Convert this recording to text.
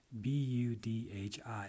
b-u-d-h-i